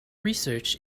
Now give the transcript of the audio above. research